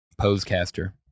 Posecaster